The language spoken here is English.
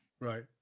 Right